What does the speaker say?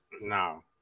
No